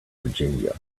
virginia